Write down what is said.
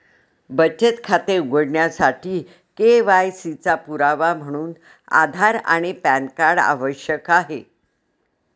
बचत खाते उघडण्यासाठी के.वाय.सी चा पुरावा म्हणून आधार आणि पॅन कार्ड आवश्यक आहे